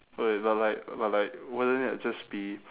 wait but like but like wouldn't that just be